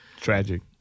Tragic